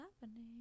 happening